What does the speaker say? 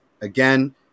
Again